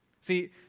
See